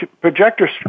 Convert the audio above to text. projector